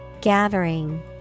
Gathering